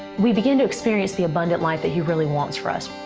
we begin to experience the abundant life that he really wants for us.